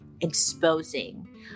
exposing